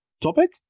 topic